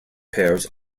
pairs